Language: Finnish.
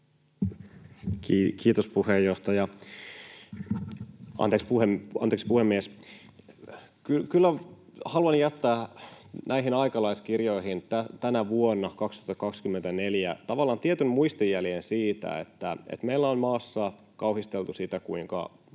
Kiitos, puhemies! Kyllä haluan jättää näihin aikalaiskirjoihin tänä vuonna 2024 tavallaan tietyn muistijäljen siitä, että kun meillä on maassa kauhisteltu sitä, kuinka mahdottoman